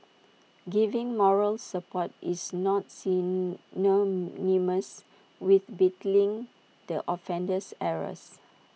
giving moral support is not synonymous with belittling the offender's errors